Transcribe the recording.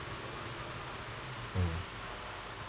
hmm